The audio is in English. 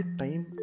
time